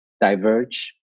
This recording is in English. diverge